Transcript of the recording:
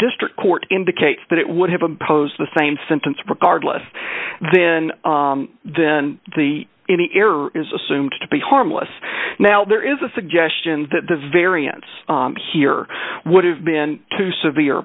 district court indicates that it would have imposed the same sentence regardless then then the any error is assumed to be harmless now there is a suggestion that the variance here or would have been too severe